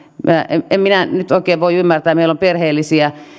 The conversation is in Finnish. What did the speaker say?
en en minä nyt oikein voi ymmärtää meillä on perheellisiä